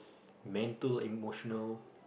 meant to emotional